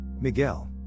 Miguel